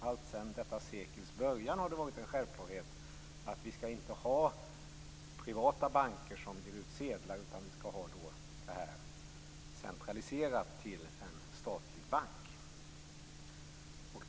Alltsedan detta sekels början har det varit en självklarhet att vi inte skall ha privata banker som ger ut sedlar utan det skall vara centraliserat till en statlig bank.